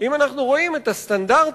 אם אנחנו רואים את הסטנדרטים